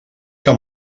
que